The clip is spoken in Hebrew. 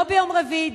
לא ביום רביעי,